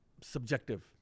subjective